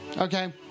Okay